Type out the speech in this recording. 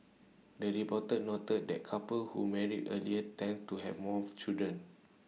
the report noted that couples who marry earlier tend to have more children